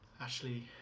Ashley